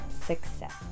success